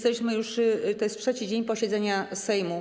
To jest trzeci dzień posiedzenia Sejmu.